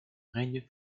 règne